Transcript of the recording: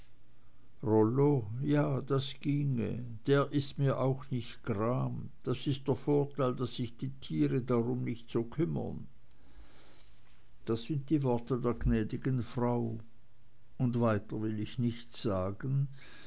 ja das ginge der ist mir auch nicht gram das ist der vorteil daß sich die tiere nicht so drum kümmern das sind die worte der gnäd'gen frau und weiter will ich nichts sagen